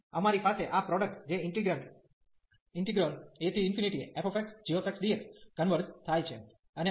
પછી અમારી પાસે આ પ્રોડકટ જે ઇન્ટિગ્રેન્ટ afxgxdx કન્વર્ઝ થાય છે